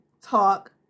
talk